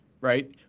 right